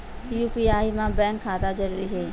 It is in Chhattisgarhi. यू.पी.आई मा बैंक खाता जरूरी हे?